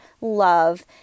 love